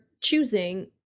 choosing